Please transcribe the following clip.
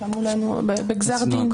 שמעו אותנו בגזר הדין.